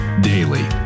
Daily